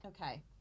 Okay